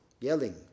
yelling